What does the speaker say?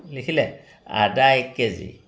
লিখিলে আদা এক কে জি